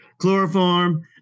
Chloroform